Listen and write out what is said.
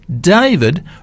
David